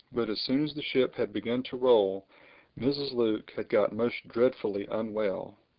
but as soon as the ship had begun to roll mrs. luke had got most dreadfully unwell.